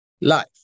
life